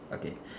okay